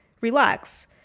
relax